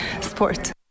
sport